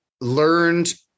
learned